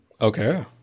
Okay